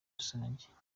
rusange